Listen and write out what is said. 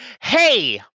hey –